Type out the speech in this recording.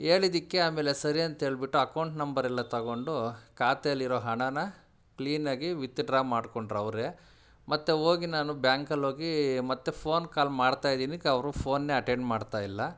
ಹೇಳಿದಕ್ಕೆ ಆಮೇಲೆ ಸರಿ ಅಂತ ಹೇಳ್ಬಿಟ್ಟು ಅಕೌಂಟ್ ನಂಬರೆಲ್ಲ ತಗೊಂಡು ಖಾತೆಯಲ್ ಇರೋ ಹಣನ ಕ್ಲೀನಾಗಿ ವಿತ್ಡ್ರಾ ಮಾಡ್ಕೊಂಡ್ರು ಅವರೇ ಮತ್ತು ಹೋಗಿ ನಾನು ಬ್ಯಾಂಕಲ್ಲಿ ಹೋಗೀ ಮತ್ತು ಫೋನ್ ಕಾಲ್ ಮಾಡ್ತಾ ಇದೀನಿ ಕ್ ಅವರು ಫೋನೆ ಅಟೆಂಡ್ ಮಾಡ್ತಾ ಇಲ್ಲ